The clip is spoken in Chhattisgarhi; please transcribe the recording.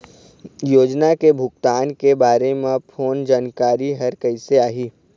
योजना के भुगतान के बारे मे फोन जानकारी हर कइसे आही?